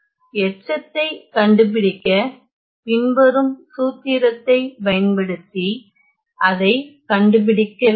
எனவே எச்சத்தைக் கண்டுபிடிக்க பின்வரும் சூத்திரத்தைப் பயன்படுத்தி அதைக் கண்டுபிடிக்க வேண்டும்